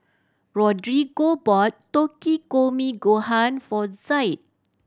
Rodrigo bought Takikomi Gohan for Zaid